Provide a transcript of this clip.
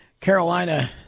Carolina